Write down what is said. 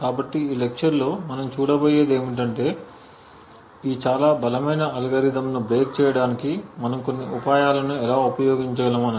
కాబట్టి ఈ లెక్చర్ లో మనం చూడబోయేది ఏమిటంటే ఈ చాలా బలమైన అల్గోరిథంలను బ్రేక్ చేయడానికి మనము కొన్ని ఉపాయాలను ఎలా ఉపయోగించగలం అని